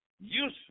useful